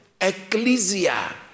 Ecclesia